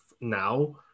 now